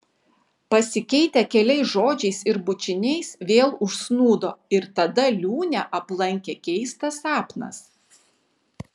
pasikeitę keliais žodžiais ir bučiniais vėl užsnūdo ir tada liūnę aplankė keistas sapnas